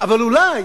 אבל אולי